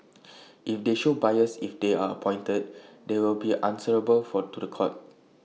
if they show bias if they are appointed they will be answerable for to The Court